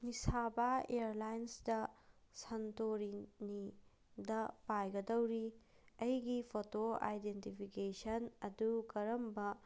ꯃꯤꯁꯥꯕ ꯏꯌꯥꯔꯂꯥꯏꯟꯁꯇ ꯁꯟꯇꯣꯔꯤꯅꯤꯗ ꯄꯥꯏꯒꯗꯧꯔꯤ ꯑꯩꯒꯤ ꯐꯣꯇꯣ ꯑꯥꯏꯗꯦꯟꯇꯤꯐꯤꯀꯦꯁꯟ ꯑꯗꯨ ꯀꯔꯝꯕ